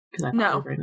No